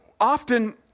often